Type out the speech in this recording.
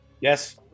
Yes